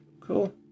Cool